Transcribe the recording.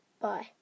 bye